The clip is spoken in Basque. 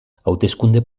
hauteskunde